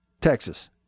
Texas